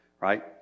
right